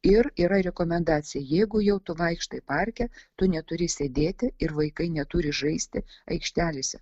ir yra rekomendacija jeigu jau tu vaikštai parke tu neturi sėdėti ir vaikai neturi žaisti aikštelėse